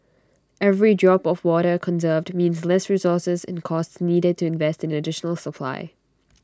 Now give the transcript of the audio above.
every drop of water conserved means less resources and costs needed to invest in additional supply